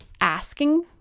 asking